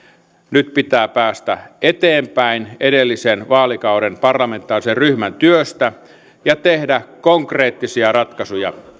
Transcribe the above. nyt pitää päästä eteenpäin edellisen vaalikauden parlamentaarisen ryhmän työstä ja tehdä konkreettisia ratkaisuja